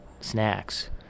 snacks